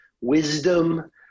wisdom